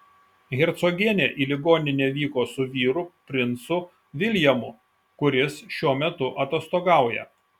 hercogienė į ligoninę vyko su vyru princu viljamu kuris šiuo metu atostogauja